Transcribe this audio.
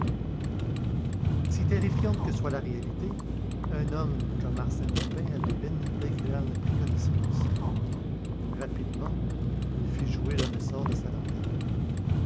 si terrifiante que soit la réalité un homme comme arsène lupin la domine dès qu'il en a pris connaissance rapidement il fit jouer le ressort de sa lanterne